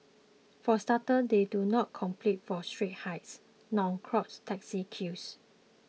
for starters they do not compete for street hires nor clog taxi queues